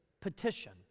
petition